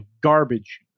garbage